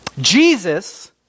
Jesus